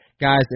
Guys